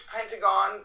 Pentagon